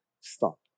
stop